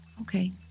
Okay